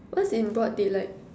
what's in broad daylight